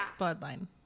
Bloodline